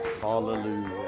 Hallelujah